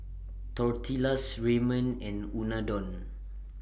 Tortillas Ramen and Unadon